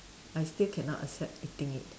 I still cannot accept eating it